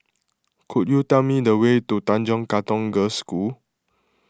could you tell me the way to Tanjong Katong Girls' School